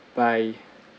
bye